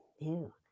new